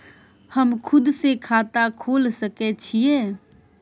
हम खुद से खाता खोल सके छीयै?